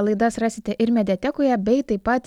laidas rasite ir mediatekoje bei taip pat